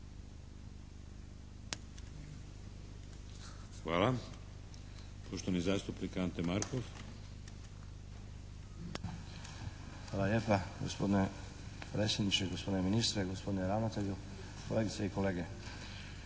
Hvala. Poštovani zastupnik Ante Markov. **Markov, Ante (HSS)** Hvala lijepa gospodine predsjedniče, gospodine ministre, gospodine ravnatelju, kolegice i kolege.